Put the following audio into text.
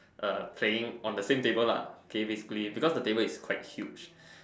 uh playing on the same table lah okay basically because the table is quite huge